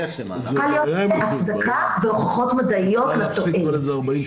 צריכה להיות הצדקה והוכחות מדעיות לתועלת.